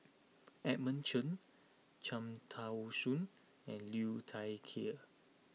Edmund Cheng Cham Tao Soon and Liu Thai Ker